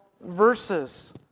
verses